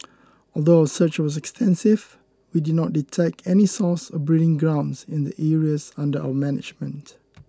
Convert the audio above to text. although our search was extensive we did not detect any source or breeding grounds in the areas under our management